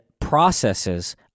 processes